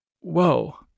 whoa